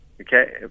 Okay